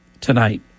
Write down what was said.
tonight